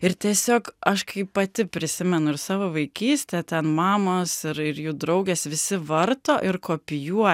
ir tiesiog aš kai pati prisimenu ir savo vaikystę ten mamos ir ir jų draugės visi varto ir kopijuo